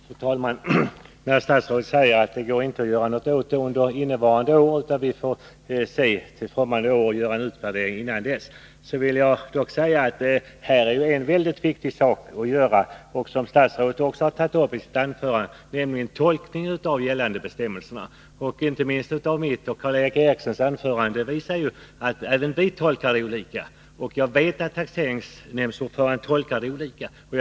Fru talman! Statsrådet säger att det inte går att göra någonting åt detta under innevarande år, utan att man får rikta in sig på kommande år och göra en utvärdering innan dess. Jag vill dock säga att det finns något mycket viktigt att göra, och det gäller tolkningen av gällande bestämmelser, som statsrådet också tagit upp. Inte minst mitt anförande, liksom Karl Erik Erikssons anförande, visar att även vi gör olika tolkningar, och jag vet att taxeringsnämndsordförandena också gör olika tolkningar.